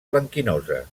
blanquinosa